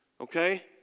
okay